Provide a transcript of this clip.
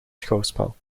schouwspel